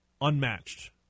unmatched